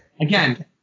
again